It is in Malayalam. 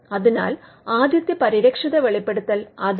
അതിനാൽ ആദ്യത്തെ പരിരക്ഷിത വെളിപ്പെടുത്തൽ അതാണ്